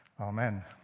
Amen